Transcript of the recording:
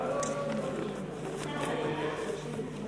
מה זה?